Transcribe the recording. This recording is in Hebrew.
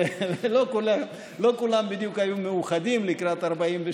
ולא כולם בדיוק היו מאוחדים לקראת 48'